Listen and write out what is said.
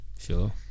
sure